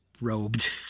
robed